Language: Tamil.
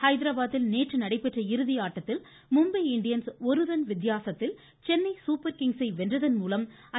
ஹைதராபாத்தில் நேற்று நடைபெற்ற இறுதி ஆட்டத்தில் மும்பை இண்டியன்ஸ் ஒரு ரன் வித்தியாசத்தில் சென்னை சூப்பர் கிங்ஸை வென்றதன் மூலம் ஐ